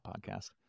podcast